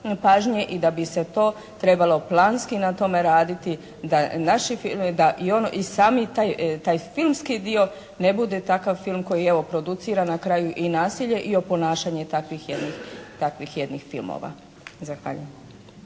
i da bi se to trebalo planski na tome raditi da i sami taj filmski dio ne bude takav film koji evo producira na kraju i nasilje i oponašanje takvih jednih filmova. Zahvaljujem.